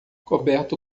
coberto